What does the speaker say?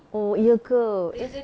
oh ya ke eh